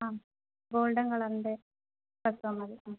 ആ ഗോൾഡൻ കളറിൻ്റെ ഡ്രസ്സ് മതി